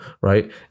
Right